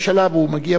והוא מגיע בזמן.